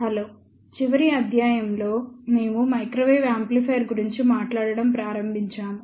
hello చివరి అధ్యాయం లో మేము మైక్రోవేవ్ యాంప్లిఫైయర్ గురించి మాట్లాడటం ప్రారంభించాము